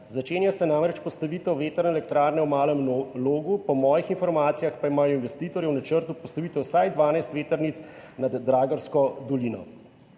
Začenja se namreč postavitev vetrne elektrarne v Malem Logu, po mojih informacijah pa imajo investitorji v načrtu postavitev vsaj 12 vetrnic nad Dragarsko dolino.